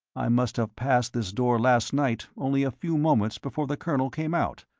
i must have passed this door last night only a few moments before the colonel came out,